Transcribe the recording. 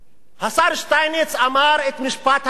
השר שטייניץ אמר את משפט המפתח: